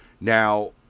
Now